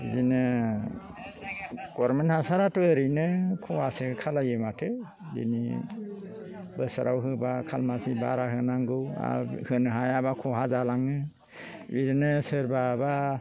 बिदिनो गभर्नमेन्ट हासाराथ' ओरैनो खहासो खालायो माथो दिनि बोसोराव होब्ला खालमासि बारा होनांगौ आर बेखोनो हायाब्ला खहा जालाङो बिदिनो सोरबाबा